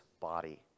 body